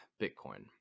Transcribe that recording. bitcoin